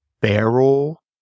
barrel